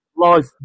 life